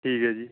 ਠੀਕ ਹੈ ਜੀ